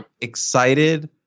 excited